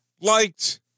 liked